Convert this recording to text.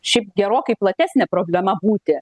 šiaip gerokai platesnė problema būti